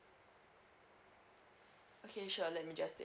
okay sure let me just